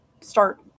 start